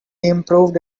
improved